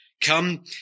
Come